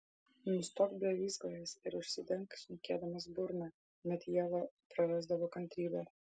nustok blevyzgojęs ir užsidenk šnekėdamas burną net ieva prarasdavo kantrybę